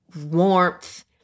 warmth